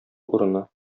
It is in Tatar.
урыны